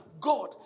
God